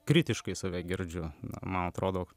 kritiškai save girdžiu man atrodo